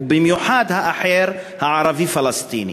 ובמיוחד האחר הערבי-פלסטיני.